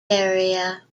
area